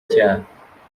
cyaha